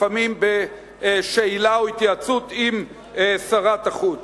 לפעמים בשאלה או התייעצות עם שרת החוץ.